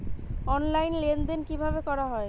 Online লেনদেন কিভাবে করা হয়?